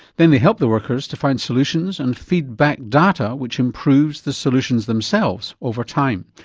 then they'd help the workers to find solutions and feedback data which improves the solutions themselves over time.